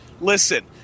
Listen